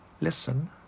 listen